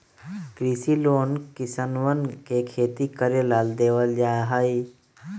कृषि लोन किसनवन के खेती करे ला देवल जा हई